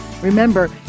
Remember